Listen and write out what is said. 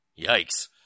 Yikes